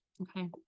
Okay